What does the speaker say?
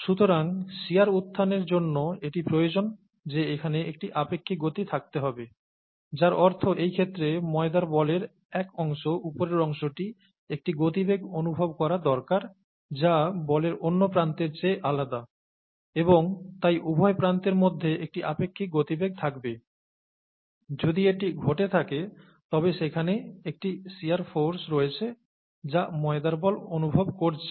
সুতরাং শিয়ার উত্থানের জন্য এটি প্রয়োজন যে এখানে একটি আপেক্ষিক গতি থাকতে হবে যার অর্থ এই ক্ষেত্রে ময়দার বলের এক অংশ উপরের অংশটি একটি গতিবেগ অনুভব করা দরকার যা বলের অন্য প্রান্তের চেয়ে আলাদা এবং তাই উভয় প্রান্তের মধ্যে একটি আপেক্ষিক গতিবেগ থাকবে যদি এটি ঘটে থাকে তবে সেখানে একটি শিয়ার ফোর্স রয়েছে যা ময়দার বল অনুভব করছে